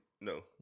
No